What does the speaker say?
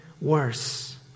worse